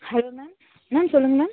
hello ma'am ma'am சொல்லுங்கள் ma'am